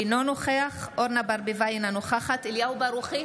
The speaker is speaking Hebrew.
אינו נוכח אורנה ברביבאי, אינה נוכחת אליהו ברוכי,